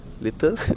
little